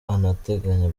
anateganya